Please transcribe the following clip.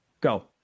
Go